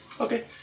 Okay